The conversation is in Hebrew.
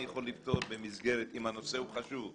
אני יכול לפתור במסגרת אם הנושא הוא חשוב,